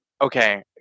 okay